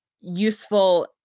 useful